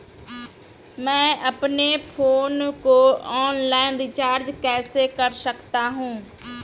मैं अपने फोन को ऑनलाइन रीचार्ज कैसे कर सकता हूं?